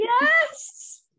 Yes